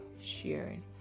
sharing